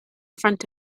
front